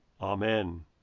Amen